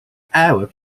arabs